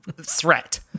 threat